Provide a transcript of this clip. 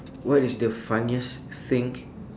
what is the funniest thing